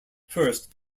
first